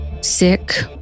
sick